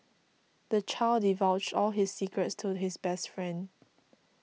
the child divulged all his secrets to his best friend